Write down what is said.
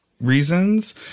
reasons